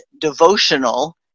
devotional